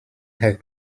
have